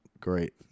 Great